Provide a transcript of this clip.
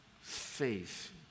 faith